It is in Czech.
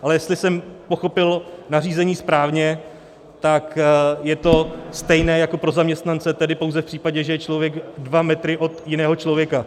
Ale jestli jsem pochopil nařízení správně, tak je to stejné jako pro zaměstnance, tedy pouze v případě, že je člověk dva metry od jiného člověka.